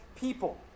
people